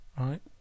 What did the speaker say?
Right